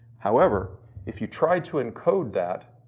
however if you try to encode that,